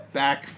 back